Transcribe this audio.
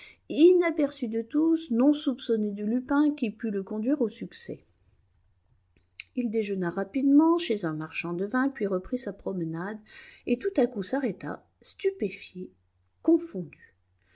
inaperçu de tous non soupçonné de lupin qui pût le conduire au succès il déjeuna rapidement chez un marchand de vins puis reprit sa promenade et tout à coup s'arrêta stupéfié confondu